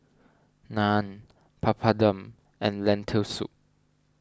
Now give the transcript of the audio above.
Naan Papadum and Lentil Soup